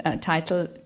title